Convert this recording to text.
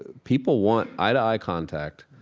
people want eye-to-eye contact,